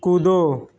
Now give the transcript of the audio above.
कूदो